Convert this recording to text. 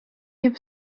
have